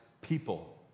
people